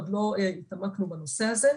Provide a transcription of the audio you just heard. עוד לא התעמקנו בנושא הזה.